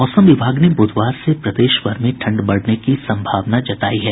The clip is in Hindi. मौसम विभाग ने बुधवार से प्रदेशभर में ठंड बढ़ने की संभावना जतायी है